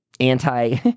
anti